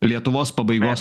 lietuvos pabaigos